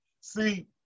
See